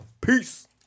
Peace